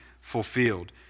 fulfilled